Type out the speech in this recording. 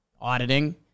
auditing